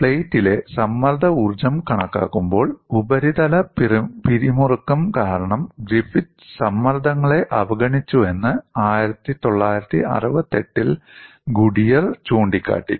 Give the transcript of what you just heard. പ്ലേറ്റിലെ സമ്മർദ്ദ ഊർജ്ജം കണക്കാക്കുമ്പോൾ ഉപരിതല പിരിമുറുക്കം കാരണം ഗ്രിഫിത്ത് സമ്മർദ്ദങ്ങളെ അവഗണിച്ചുവെന്ന് 1968 ൽ ഗുഡിയർ ചൂണ്ടിക്കാട്ടി